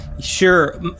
Sure